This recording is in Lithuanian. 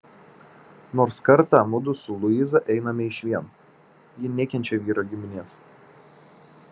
nors kartą mudu su luiza einame išvien ji nekenčia vyro giminės